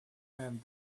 and